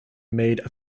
made